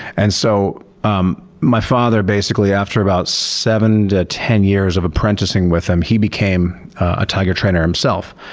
and so um my father, basically, after about seven to ten years of apprenticing with him, he became a tiger trainer himself.